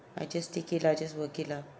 I just take it lah I just work it lah